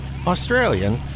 Australian